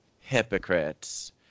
hypocrites